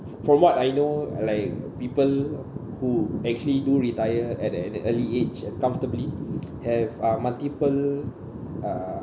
from what I know like people who actually do retire at an early age uh comfortably have uh multiple uh